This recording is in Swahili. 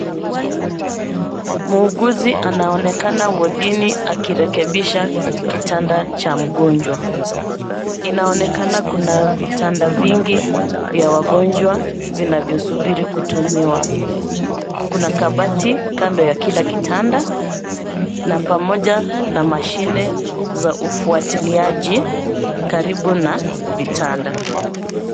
Muuguzi anaonekana wodini akirekebisha kitanda cha mgonjwa. Inaonekana kuna vitanda vingi vya wagonjwa, vinavyosubiri kutumiwa. Kuna kabati, kando ya kila kitanda na pamoja na mashine za ufuatiliaji karibu na vitanda.